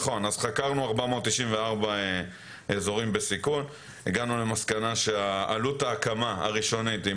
חקרנו 494 אזורים בסיכון והגענו למסקנה שעלות ההקמה הראשונית היא